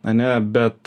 ane bet